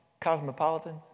cosmopolitan